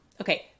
okay